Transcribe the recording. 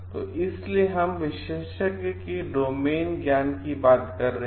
तो इसलिए हम विशेषज्ञ के डोमेन ज्ञान की बात बात कर रहे हैं